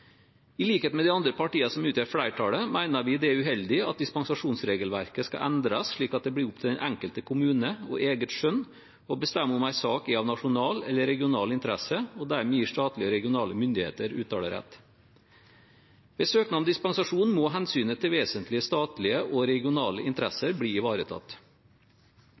I likhet med de andre partiene som utgjør flertallet, mener vi det er uheldig at dispensasjonsregelverket skal endres slik at det blir opp til den enkelte kommune og eget skjønn å bestemme om en sak er av nasjonal eller regional interesse og dermed gir statlige og regionale myndigheter uttalerett. Ved søknad om dispensasjon må hensynet til vesentlige statlige og regionale interesser bli ivaretatt.